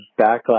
backlash